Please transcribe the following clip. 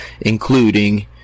including